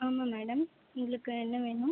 ஆமாம் மேடம் உங்களுக்கு என்ன வேணும்